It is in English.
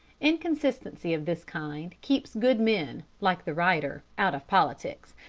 inconsistency of this kind keeps good men, like the writer, out of politics,